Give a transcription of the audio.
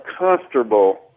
uncomfortable